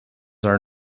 are